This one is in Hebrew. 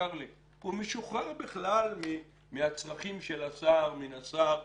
משוחרר בכלל מהצרכים של השר, מן השר.